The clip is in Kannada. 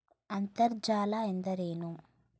ಅಂತರ್ಜಲ ಎಂದರೇನು?